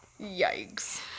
Yikes